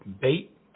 bait